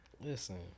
Listen